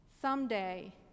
Someday